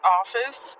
office